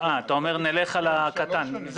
אתה אומר נלך על המספר הקטן.